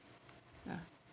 ya